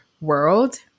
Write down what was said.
world